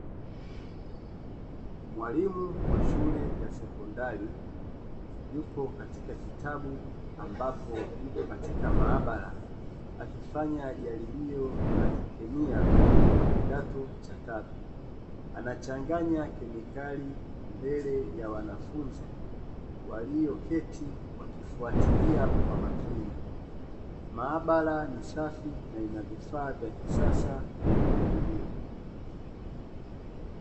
Mwalimu wa shule ya sekondari yupo katika kitabu ambapo yupo katika maabara akifanya jaribio la kikemia kwa kidato cha tatu. Anachanganya kemikali mbele ya wanafunzi walioketi wakifuatilia kwa makini. Maabara ni safi na ina vifaa vya kisasa vya majaribio.